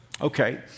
Okay